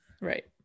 Right